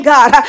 God